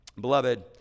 Beloved